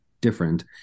different